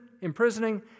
imprisoning